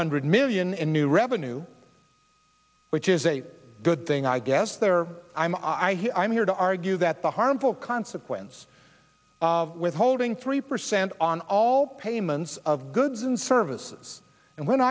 hundred million in new revenue which is a good thing i guess there are i'm i hear i'm here to argue that the harmful consequence of withholding three percent on all payments of goods and services and when